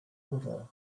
water